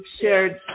shared